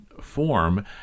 form